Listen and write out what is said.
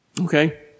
Okay